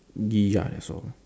ya that's all